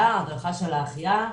הדרכת ההחייאה.